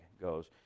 goes